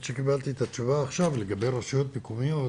האמת שקיבלתי את התשובה עכשיו לגבי רשויות מקומיות,